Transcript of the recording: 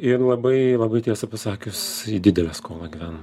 ir labai labai tiesą pasakius į didelę skolą gyvenam